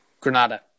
Granada